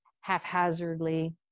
haphazardly